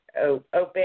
open